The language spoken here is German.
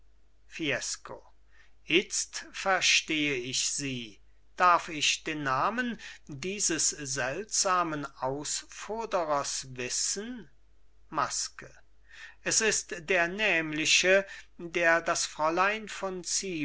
fiesco itzt verstehe ich sie darf ich den namen dieses seltsamen ausfoderers wissen maske es ist der nämliche der das fräulein von zibo